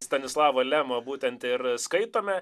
stanislavą lemą būtent ir skaitome